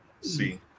see